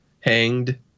hanged